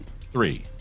three